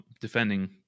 Defending